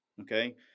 okay